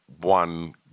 one